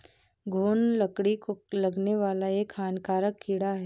घून लकड़ी को लगने वाला एक हानिकारक कीड़ा है